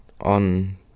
on